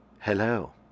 Hello